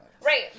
Right